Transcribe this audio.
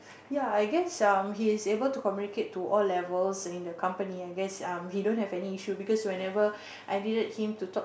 ya I guess um he is able to communicate to all levels in the company I guess um he don't have any issue because whenever I needed him to talk